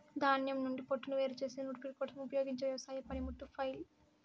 ధాన్యం నుండి పోట్టును వేరు చేసే నూర్పిడి కోసం ఉపయోగించే ఒక వ్యవసాయ పనిముట్టు ఫ్లైల్